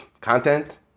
content